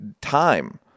time